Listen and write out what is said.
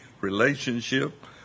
relationship